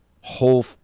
whole